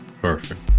Perfect